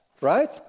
right